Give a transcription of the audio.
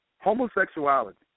Homosexuality